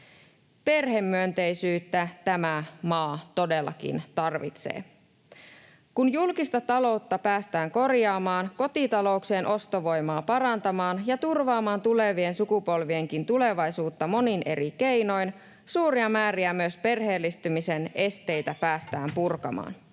Perhemyönteisyyttä tämä maa todellakin tarvitsee. Kun julkista taloutta päästään korjaamaan, kotitalouksien ostovoimaa parantamaan ja tulevienkin sukupolvien tulevaisuutta turvaamaan monin eri keinoin, päästään purkamaan suuria määriä myös perheellistymisen esteitä.